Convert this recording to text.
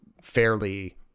fairly